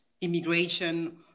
immigration